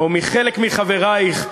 או מחלק מחברייך,